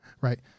right